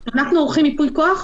שכאשר אנחנו עורכים ייפוי כוח,